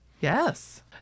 Yes